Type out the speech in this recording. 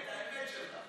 את האמת, את האמת שלך.